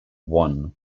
one